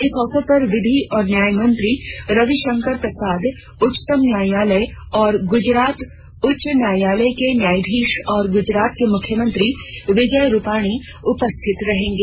इस अवसर पर विधि और न्याय मंत्री रविशंकर प्रसाद उच्चतम न्यायालय और गुजरात उच्च न्यायालय के न्यायाधीश और गुजरात के मुख्यमंत्री विजय रूपाणी उपस्थित रहेंगे